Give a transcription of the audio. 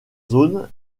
zone